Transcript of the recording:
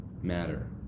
matter